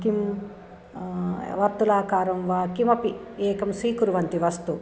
किं वर्तुलाकारं वा किमपि एकं स्वीकुर्वन्ति वस्तु